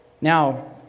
now